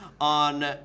on